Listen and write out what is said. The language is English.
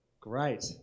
Great